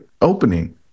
opening